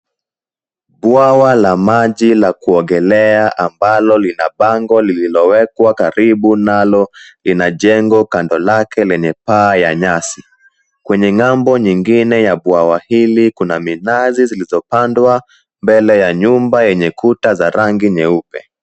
Bwawa la maji la kuogelea ambalo lina bango lililowekwa karibu nalo lina jengo kando yake lenye paa ya nyasi. Kwenye ng'ambo nyingine ya bwawa hili kuna minazi zilizopandwa mbele ya nyumba yenye kuta za rangi nyeupe.